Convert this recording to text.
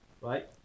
Right